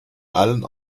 allen